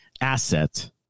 asset